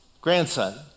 grandson